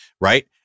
Right